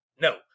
no